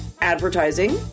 Advertising